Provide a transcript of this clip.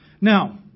Now